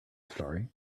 story